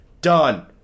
Done